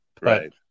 Right